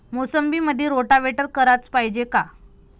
मोसंबीमंदी रोटावेटर कराच पायजे का?